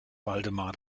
waldemar